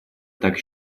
так